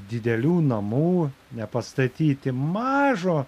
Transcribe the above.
didelių namų nepastatyti mažo